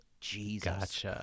Jesus